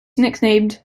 nicknamed